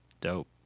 Dope